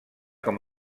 com